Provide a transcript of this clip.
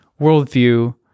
worldview